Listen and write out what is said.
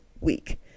week